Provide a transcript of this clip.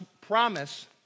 promise